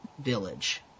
village